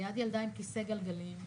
ליד ילדה עם כיסא גלגלים,